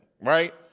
right